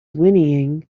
whinnying